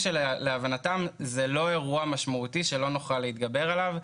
שלהבנתם זה לא אירוע משמעותי שלא נוכל להתגבר עליו,